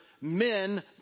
men